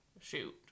shoot